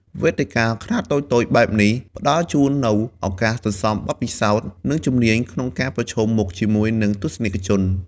វេទិកាខ្នាតតូចៗបែបនេះផ្តល់ជូននូវឱកាសសន្សំបទពិសោធន៍ និងជំនាញក្នុងការប្រឈមមុខជាមួយនឹងទស្សនិកជន។